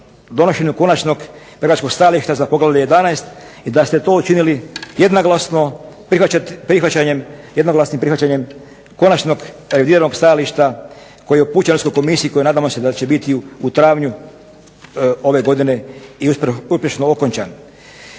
donošenju konačnog pregovaračkog stajališta za Poglavlje 11. i da ste to učinili jednoglasno prihvaćanjem jednoglasnim prihvaćanjem konačnog razvijenog stajališta koji je upućen Europskoj komisiji koji nadamo se da će biti u travnju ove godine i uspješno okončan.